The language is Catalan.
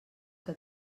que